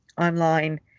online